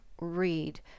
read